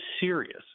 serious